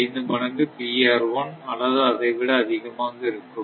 5 மடங்கு அல்லது அதை விட அதிகமாக இருக்கும்